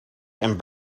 and